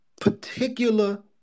particular